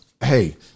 hey